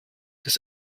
des